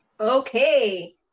Okay